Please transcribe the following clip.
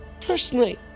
Personally